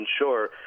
ensure